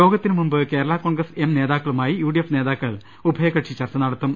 യോഗത്തിനു മുൻപ് കേരളാ കോൺഗ്രസ് എം നേതാക്കളുമായി യുഡിഎഫ് നേതാക്കൾ ഉഭയകക്ഷി ചർച്ച നട ത്തും